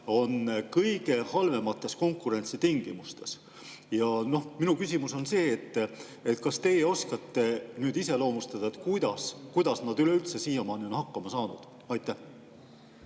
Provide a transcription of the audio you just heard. kõige halvemates konkurentsitingimustes. Ja minu küsimus on see, kas teie oskate iseloomustada, kuidas nad üleüldse on siiamaani hakkama saanud. Aitäh,